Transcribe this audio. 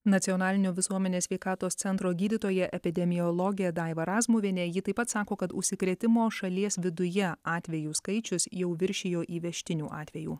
nacionalinio visuomenės sveikatos centro gydytoja epidemiologė daiva razmuvienė ji taip pat sako kad užsikrėtimo šalies viduje atvejų skaičius jau viršijo įvežtinių atvejų